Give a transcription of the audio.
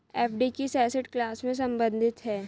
FD किस asset class से संबंधित है?